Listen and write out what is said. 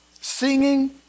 singing